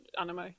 anime